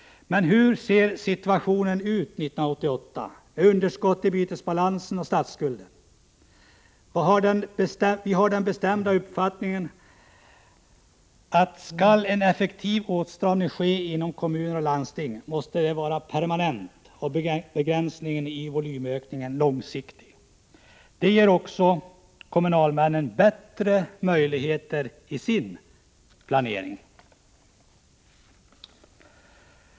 Men hur ser situationen ut 1988 beträffande underskottet i bytesbalansen och beträffande statsskulden? Vi har den bestämda uppfattningen, att om en effektiv åtstramning skall ske inom kommuner och landsting, måste den vara permanent och begränsningen i volymökningen långsiktig. Det ger också kommunalmännen bättre möjligheter att genomföra sin planering.